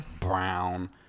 brown